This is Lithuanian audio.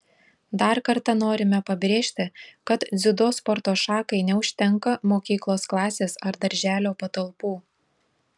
dar kartą norime pabrėžti kad dziudo sporto šakai neužtenka mokyklos klasės ar darželio patalpų